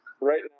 right